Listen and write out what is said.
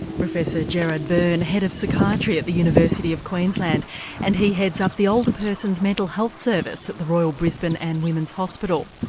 professor gerard byrne, head of psychiatry at the university of queensland and he heads up the older persons mental health service at the royal brisbane and women's hospital.